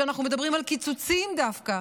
כשאנחנו מדברים על קיצוצים דווקא?